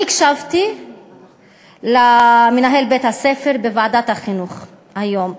אני הקשבתי למנהל בית-הספר בוועדת החינוך היום.